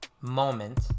moment